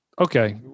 Okay